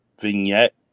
vignette